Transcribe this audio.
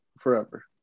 forever